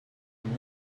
one